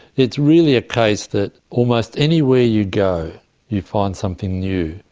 it's really a case that almost anywhere you go you find something new.